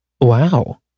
Wow